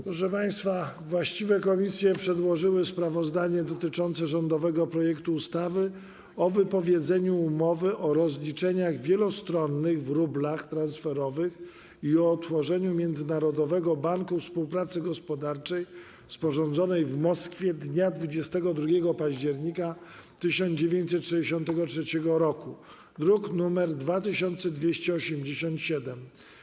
Proszę państwa, właściwe komisje przedłożyły sprawozdanie dotyczące rządowego projektu ustawy o wypowiedzeniu Umowy o rozliczeniach wielostronnych w rublach transferowych i o utworzeniu Międzynarodowego Banku Współpracy Gospodarczej, sporządzonej w Moskwie dnia 22 października 1963 r., druk nr 2287.